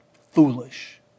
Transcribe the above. Foolish